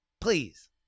Please